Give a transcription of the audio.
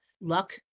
luck